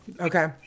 Okay